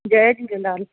Jay Jhulelal